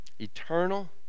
eternal